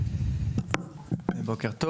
בוקר טוב.